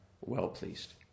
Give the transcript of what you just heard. well-pleased